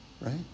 Right